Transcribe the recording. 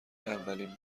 اولین